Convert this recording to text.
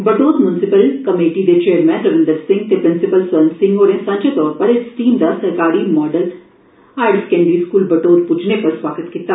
Batote municipal committee दे chairman Ravinder Singh ते principal Swarn Singh होरें सांझे तौर उप्पर इस टीम दा सरकारी model higher secondary school Batote प्रज्जने पर सोआगत कीता